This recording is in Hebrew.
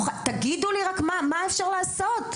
תגידו לי רק מה, מה אפשר לעשות.